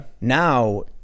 Now